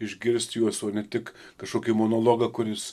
išgirst juos o ne tik kažkokį monologą kuris